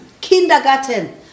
kindergarten